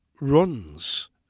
runs